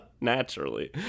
naturally